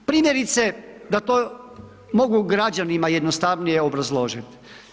Primjerice, da to mogu građanima jednostavnije obrazložiti.